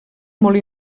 molt